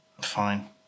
Fine